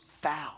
foul